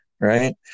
Right